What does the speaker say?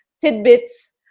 tidbits